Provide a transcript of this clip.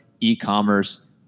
e-commerce